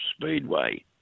speedway